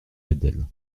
adèle